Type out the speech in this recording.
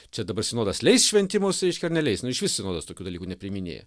čia dabar sinodas leis šventimus reiškia ar neleis nu išvis sinodas tokių dalykų nepriiminėja